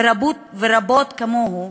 ורבים כמוהו,